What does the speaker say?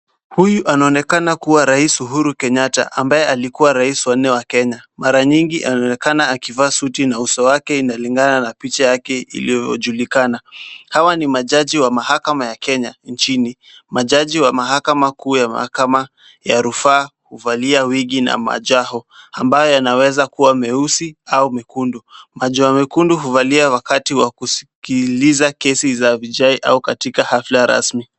Huyu anaonekana kuwa rais Uhuru Kenyatta ambaye alikuwa rais wa nne wa Kenya .Mara nyingi anaonekana akivaa suti na uso wake unalingana na picha wake uliojulikana. Hawa ni majaji wa mahakama ya Kenya. Majaji wa mahakama kuu ya mahakama ya rufaa huvalia [c]wigi[c] na majoho ambayao yanaweza kuwa meusi au mekundu. Majoho mekundu huvaliwa wakati wa kusikiliza kesi ya hijai au katika hafla rasmi.